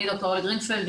אני ד"ר אורלי גרינפלד,